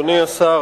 אדוני השר,